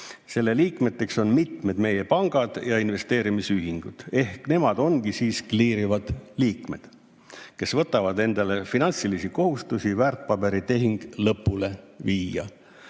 Selle liikmeteks on mitmed meie pangad ja investeerimisühingud. Ehk nemad ongi kliirivad liikmed, kes võtavad endale finantsilisi kohustusi, et väärtpaberitehing lõpule viia.